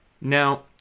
Now